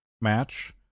match